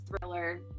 thriller